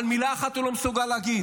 אבל מילה אחת הוא לא מסוגל להגיד: